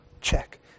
check